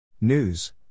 News